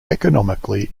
economically